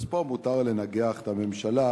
אז פה מותר לנגח את הממשלה,